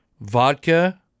vodka